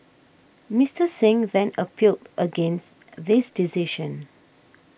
Mister Singh then appealed against this decision